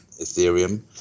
ethereum